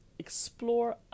explore